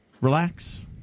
relax